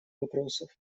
вопросов